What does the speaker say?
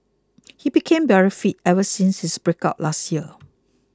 he became very fit ever since his breakup last year